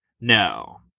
No